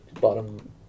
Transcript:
bottom